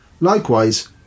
Likewise